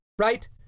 right